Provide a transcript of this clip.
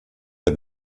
der